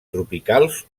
tropicals